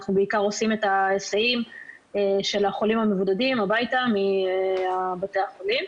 אנחנו בעיקר עושים את ההיסעים של החולים המבודדים הביתה מבתי החולים